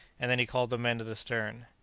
and then he called the men to the stern.